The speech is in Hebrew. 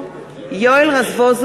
(קוראת בשמות חברי הכנסת) יואל רזבוזוב,